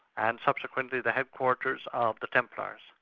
and subsequently the headquarters of the templars.